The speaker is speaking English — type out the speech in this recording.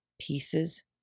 pieces